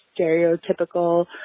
stereotypical